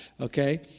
okay